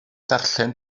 darllen